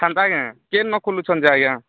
କାନ୍ତା କେ କିନ୍ ଖୋଲୁଛନ୍ତି ଆଜ୍ଞା